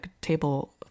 table